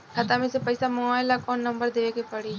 खाता मे से पईसा मँगवावे ला कौन नंबर देवे के पड़ी?